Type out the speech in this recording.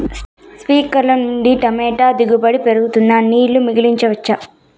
స్ప్రింక్లర్లు నుండి టమోటా దిగుబడి పెరుగుతుందా? నీళ్లు మిగిలించవచ్చా?